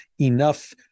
enough